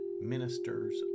ministers